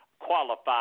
Qualify